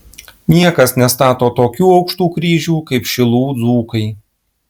niekas nestato tokių aukštų kryžių kaip šilų dzūkai